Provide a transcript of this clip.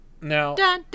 Now